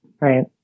Right